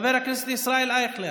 חבר הכנסת ישראל אייכלר,